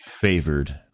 Favored